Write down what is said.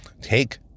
Take